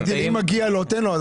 אם מגיע לו תן לו.